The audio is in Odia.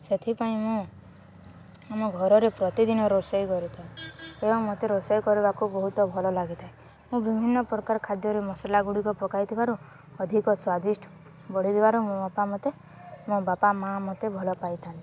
ସେଥିପାଇଁ ମୁଁ ଆମ ଘରରେ ପ୍ରତିଦିନ ରୋଷେଇ କରିଥାଏ ଏବଂ ମୋତେ ରୋଷେଇ କରିବାକୁ ବହୁତ ଭଲ ଲାଗିଥାଏ ମୁଁ ବିଭିନ୍ନ ପ୍ରକାର ଖାଦ୍ୟରେ ମସଲା ଗୁଡ଼ିକ ପକାଇଥିବାରୁ ଅଧିକ ସ୍ୱାଦିଷ୍ଟ ବଢ଼ିଥିବାରୁ ମୋ ବାପା ମୋତେ ମୋ ବାପା ମା' ମୋତେ ଭଲ ପାଇଥାନ୍ତି